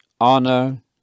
honor